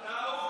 טעות.